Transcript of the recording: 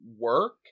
work